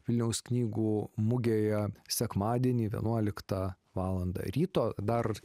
vilniaus knygų mugėje sekmadienį vienuoliktą valandą ryto dar